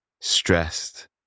stressed